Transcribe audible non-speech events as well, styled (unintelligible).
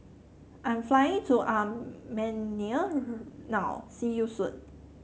I'm flying to Armenia (unintelligible) now see you soon